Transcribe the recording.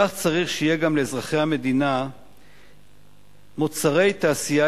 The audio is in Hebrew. כך צריך שיהיו גם לאזרחי המדינה מוצרי תעשייה